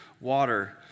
water